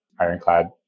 Ironclad